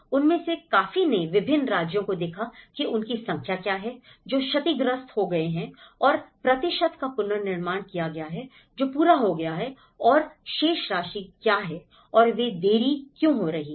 उनमें से काफी ने विभिन्न राज्यों को देखा कि उनकी संख्या क्या है जो क्षतिग्रस्त हो गए हैं और प्रतिशत का पुनर्निर्माण किया गया है जो पूरा हो गया है और शेष राशि क्या है और वे देरी क्यों हो रही हैं